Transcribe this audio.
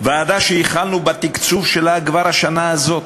ועדה שהתחלנו בתקצוב שלה כבר השנה הזאת.